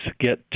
get